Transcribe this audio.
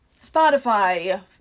spotify